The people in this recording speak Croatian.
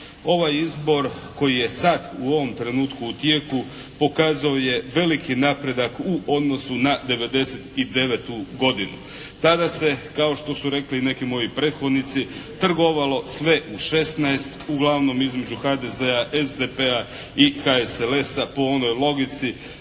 Ovaj izbor koji je sad u ovom trenutku u tijeku pokazao je veliki napredak u odnosu na '99. godinu. Tada se kao što su rekli i neki moji prethodnici trgovalo sve u 16 uglavnom između HDZ-a, SDP-a i HSLS-a po onoj logici